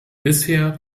bisher